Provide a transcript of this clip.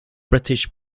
british